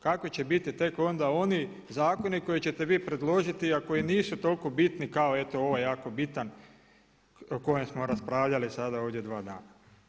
Kakvi će biti tek onda oni zakoni koje ćete vi predložiti, a koji nisu toliko bitni kao eto ovaj jako bitan o kojem smo raspravljali sada ovdje dva dana.